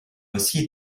aussi